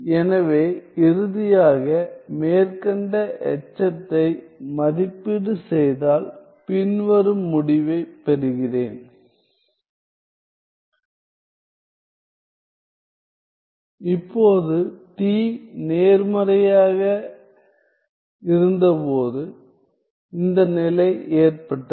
எனவே இறுதியாக மேற்கண்ட எச்சத்தை மதிப்பீடு செய்தால் பின்வரும் முடிவைப் பெறுகிறேன் இப்போது t நேர்மறையாக இருந்தபோது இந்த நிலை ஏற்பட்டது